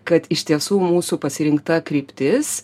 kad iš tiesų mūsų pasirinkta kryptis